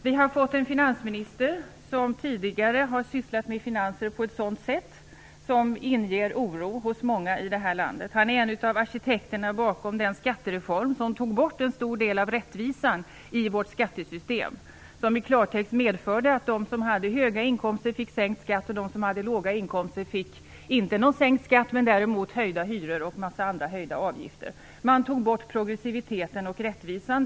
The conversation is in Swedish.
Vi har fått en finansminister som tidigare har sysslat med finanser på ett sätt som inger oro hos många i detta land. Han är en av arkitekterna bakom den skattereform som tog bort en stor del av rättvisan i vårt skattesystem, vilket i klartext medförde att de som hade höga inkomster fick sänkt skatt och att de som hade låga inkomster inte fick sänkt skatt men däremot höjda hyror och höjningar av en massa andra avgifter. Man tog bort progressiviteten och rättvisan.